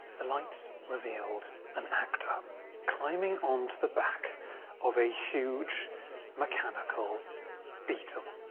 the lights revealed an actor climbing on to the back of a huge mechanical beetle.